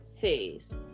phase